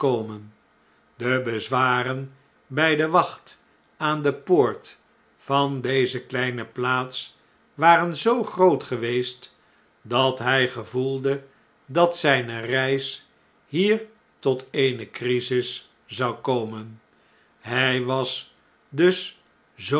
de bezwaren bjj de wacht aan de poort van deze kleine plaats waren zoo groot geweest dat hij gevoelde dat zjjne reis hier tot eene crisis zou komen hfl was dus